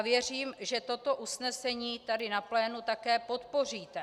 Věřím, že toto usnesení tady na plénu také podpoříte.